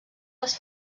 les